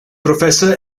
professor